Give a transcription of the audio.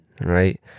right